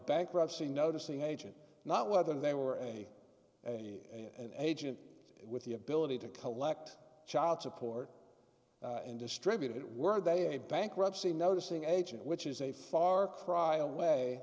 bankruptcy notice an agent not whether they were a an agent with the ability to collect child support and distribute it were they a bankruptcy noticing agent which is a far cry away